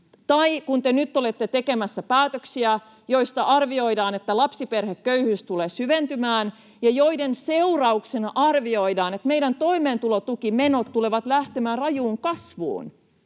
Tai kun te nyt olette tekemässä päätöksiä, joista arvioidaan, että lapsiperheköyhyys tulee syventymään, ja joiden seurauksena arvioidaan, että meidän toimeentulotukimenot tulevat lähtemään rajuun kasvuun.